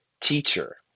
teacher